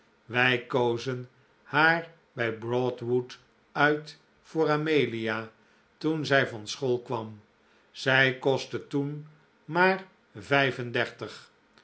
wij kozen haar bij broad wood uit voor amelia toen zij van school kwam zij kostte toen maar vijf-en-dertig